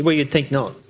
but you'd think not.